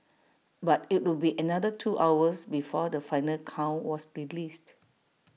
but IT would be another two hours before the final count was released